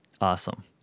Awesome